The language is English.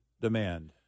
demand